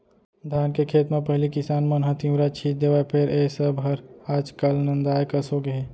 धान के खेत म पहिली किसान मन ह तिंवरा छींच देवय फेर ए सब हर आज काल नंदाए कस होगे हे